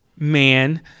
man